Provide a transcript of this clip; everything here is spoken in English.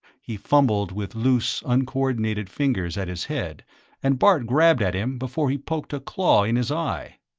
he fumbled with loose, uncoordinated fingers at his head and bart grabbed at him before he poked a claw in his eye.